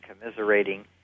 commiserating